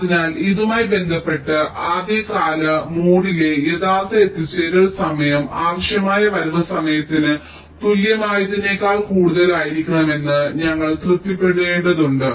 അതിനാൽ ഇതുമായി ബന്ധപ്പെട്ട് ആദ്യകാല മോഡിലെ യഥാർത്ഥ എത്തിച്ചേരൽ സമയം ആവശ്യമായ വരവ് സമയത്തിന് തുല്യമായതിനേക്കാൾ കൂടുതലായിരിക്കണമെന്ന് ഞങ്ങൾ തൃപ്തിപ്പെടുത്തേണ്ടതുണ്ട്